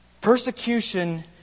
Persecution